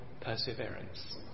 perseverance